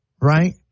right